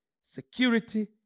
security